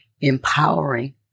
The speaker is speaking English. empowering